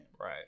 Right